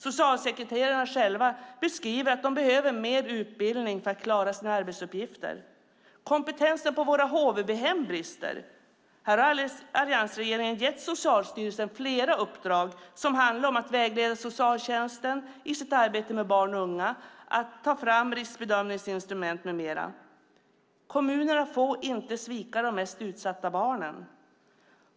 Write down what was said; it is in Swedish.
Socialsekreterarna själva beskriver att de behöver mer utbildning för att klara sina arbetsuppgifter. Kompetensen på våra HVB-hem brister. Här har alliansregeringen gett Socialstyrelsen flera uppdrag som handlar om att vägleda socialtjänsten i sitt arbete med barn och unga och att ta fram bedömningsinstrument med mera. Kommunerna får inte svika de mest utsatta barnen.